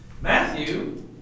Matthew